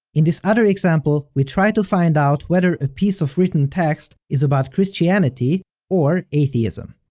in this other example, we try to find out whether a piece of written text is about christinanity or atheism.